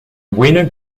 winner